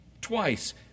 twice